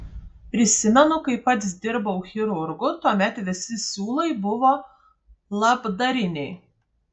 prisimenu kai pats dirbau chirurgu tuomet visi siūlai buvo labdariniai